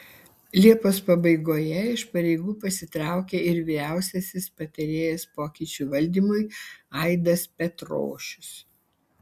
liepos pabaigoje iš pareigų pasitraukė ir vyriausiasis patarėjas pokyčių valdymui aidas petrošius